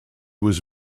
was